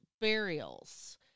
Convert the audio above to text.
burials